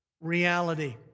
reality